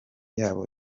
yabo